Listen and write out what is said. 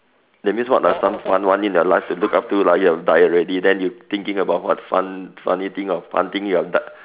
that means what are some fun one in your life to look up to lah you have died already then you thinking about what fun funny thing or fun thing you've done